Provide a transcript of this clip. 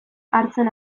hartzen